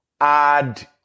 add